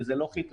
וזה לא חיטוי,